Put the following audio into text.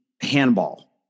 handball